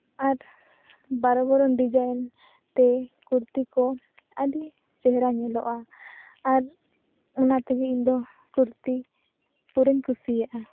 ᱟᱨ ᱵᱟᱨᱚ ᱵᱚᱨᱚᱱ ᱰᱤᱡᱟᱭᱤᱱ ᱛᱮ ᱠᱩᱨᱛᱤ ᱠᱚ ᱟᱹᱰᱤ ᱪᱮᱦᱨᱟ ᱧᱮᱞᱚᱜᱼᱟ ᱟᱨ ᱚᱱᱟ ᱛᱮᱜᱮ ᱤᱧ ᱫᱚ ᱠᱩᱨᱛᱤ ᱩᱛᱟᱹᱨᱤᱧ ᱠᱩᱥᱤᱭᱟᱜᱼᱟ